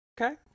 Okay